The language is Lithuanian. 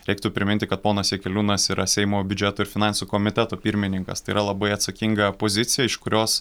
reiktų priminti kad ponas jakeliūnas yra seimo biudžeto ir finansų komiteto pirmininkas tai yra labai atsakinga pozicija iš kurios